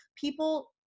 People